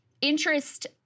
interest